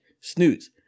Snooze